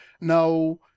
Now